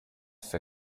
für